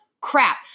crap